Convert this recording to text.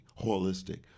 Holistic